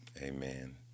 Amen